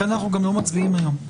לכן אנחנו גם לא מצביעים היום,